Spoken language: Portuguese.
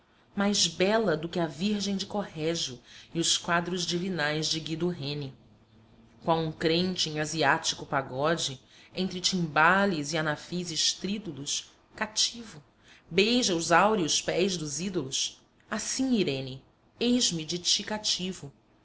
mais bela do que a virgem de corrégio e os quadros divinais de guido reni qual um crente em asiático pagode entre timbales e anafis estrídulos cativo beija os áureos pés dos ídolos assim irene eis-me de ti cativo